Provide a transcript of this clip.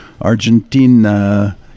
Argentina